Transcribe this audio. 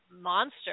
monster